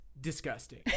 disgusting